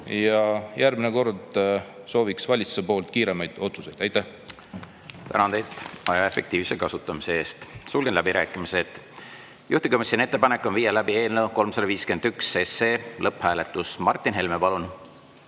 Aga järgmine kord sooviks valitsuselt kiiremaid otsuseid. Aitäh! Tänan teid aja efektiivse kasutamise eest! Sulgen läbirääkimised. Juhtivkomisjoni ettepanek on viia läbi eelnõu 351 lõpphääletus. Martin Helme, palun!